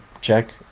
check